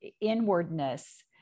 inwardness